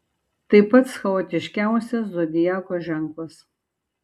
tai pats chaotiškiausias zodiako ženklas